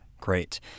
great